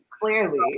Clearly